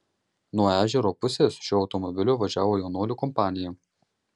nuo ežero pusės šiuo automobiliu važiavo jaunuolių kompanija